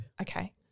Okay